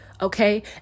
okay